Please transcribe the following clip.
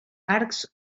arcs